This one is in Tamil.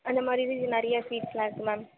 அந்த மாதிரி இதுது நிறையா ஸ்வீட்ஸ்லாம் இருக்குது மேம்